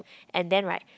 and then right